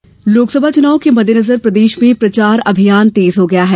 चुनाव प्रचार लोकसभा चुनाव के मद्देनजर प्रदेश में प्रचार अभियान तेज हो गया है